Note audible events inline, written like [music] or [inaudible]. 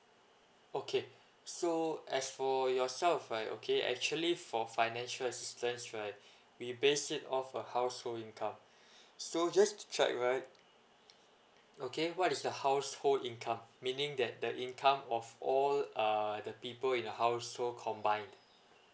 okay so as for yourself right okay actually for financial assistance right [breath] we based it of a household income [breath] so just to check right okay what is the household income meaning that the income of all err the people in the household combined